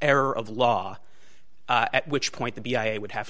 error of law at which point the b i a would have